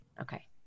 Okay